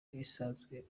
bisanzwe